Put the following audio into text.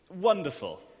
wonderful